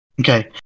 okay